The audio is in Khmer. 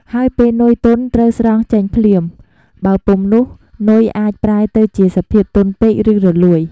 ហើយពេលនុយទន់ត្រូវស្រង់ចេញភ្លាម បើពុំនោះនុយអាចប្រែទៅជាសភាពទន់ពេក ឬរលួយ។